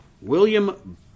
William